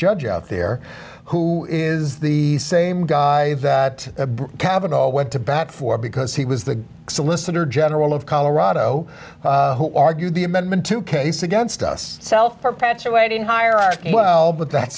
judge out there who is the same guy that cavanaugh went to bat for because he was the solicitor general of colorado who argued the amendment to case against us self perpetuating hierarchy well but that